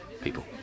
people